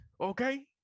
Okay